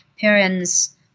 parents